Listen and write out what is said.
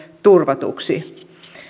turvatuksi